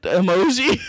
emoji